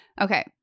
Okay